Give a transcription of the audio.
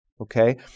okay